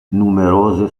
numerose